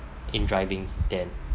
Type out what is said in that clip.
in driving then